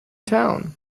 town